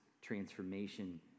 transformation